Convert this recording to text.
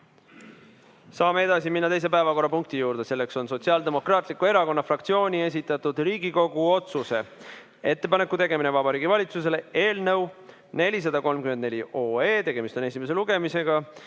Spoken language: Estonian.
Saame minna teise päevakorrapunkti juurde. Selleks on Sotsiaaldemokraatliku Erakonna fraktsiooni esitatud Riigikogu otsuse "Ettepaneku tegemine Vabariigi Valitsusele" eelnõu 434 esimene lugemine.